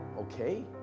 okay